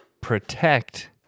protect